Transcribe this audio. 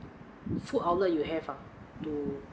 food outlet you have uh to